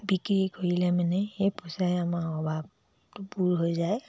বিক্ৰী কৰিলে মানে সেই পইচাৰে আমাৰ অভাৱ দূৰ হৈ যায়